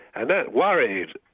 and that worried,